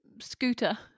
Scooter